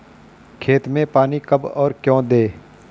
खेत में पानी कब और क्यों दें?